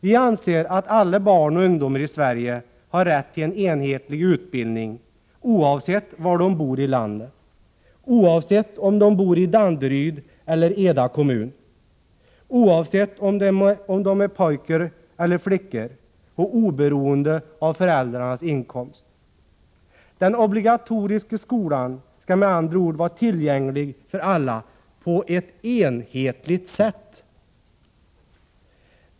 Vi anser att alla barn och ungdomar i Sverige har rätt till en enhetlig utbildning, oavsett var de bor i landet: oavsett om de bor i Danderyds eller Eda kommun, oavsett om de är pojkar eller flickor och oberoende av föräldrarnas inkomst. Den obligatoriska skolan skall med andra ord vara tillgänglig för alla på ett enhetligt sätt.